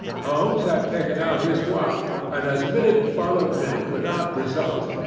holmes had taken out his watch, and as minute followed minute without result,